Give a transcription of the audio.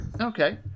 okay